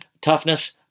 Toughness